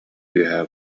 үөһэ